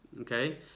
okay